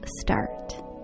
start